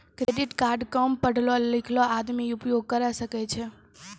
Credit card काम पढलो लिखलो आदमी उपयोग करे सकय छै?